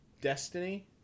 destiny